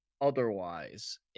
otherwise